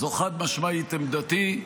זו חד-משמעית עמדתי,